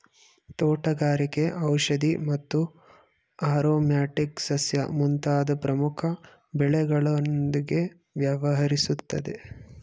ತೋಟಗಾರಿಕೆ ಔಷಧಿ ಮತ್ತು ಆರೊಮ್ಯಾಟಿಕ್ ಸಸ್ಯ ಮುಂತಾದ್ ಪ್ರಮುಖ ಬೆಳೆಗಳೊಂದ್ಗೆ ವ್ಯವಹರಿಸುತ್ತೆ